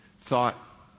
thought